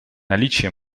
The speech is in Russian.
наличия